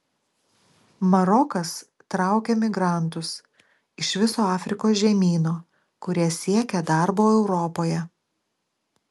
marokas traukia migrantus iš viso afrikos žemyno kurie siekia darbo europoje